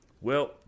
Well